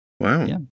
Wow